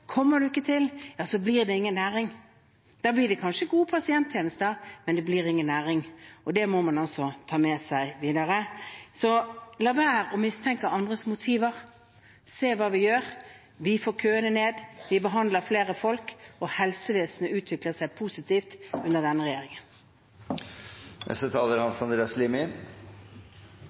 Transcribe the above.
kommer man ikke til, ja, så blir det ingen næring. Da blir det kanskje gode pasienttjenester, men det blir ingen næring. Og det må man ta med seg videre. Så la være å mistenke andres motiver. Se på hva vi gjør: Vi får køene ned, vi behandler flere folk, og helsevesenet utvikler seg positivt under denne regjeringen. Det har vært interessant å følge denne debatten, selv om den